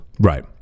right